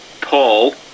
Paul